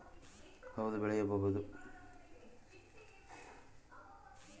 ರಕ್ಷಣೆ ಹೊಂದಿರುವ ದೇಶಗಳು ಕಳಪೆ ಹೂಡಿಕೆದಾರರ ರಕ್ಷಣೆಯನ್ನು ಹೊಂದಿರುವ ದೇಶಗಳಿಗಿಂತ ವೇಗವಾಗಿ ಬೆಳೆತಾವೆ